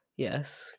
Yes